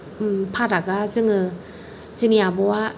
फारागा जोङो जोंनि आब'आ